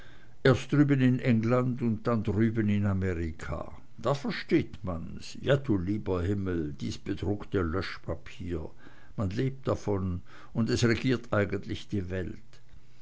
drüben in england und dann drüben in amerika da versteht man's ja du lieber himmel dies bedruckte löschpapier man lebt davon und es regiert eigentlich die welt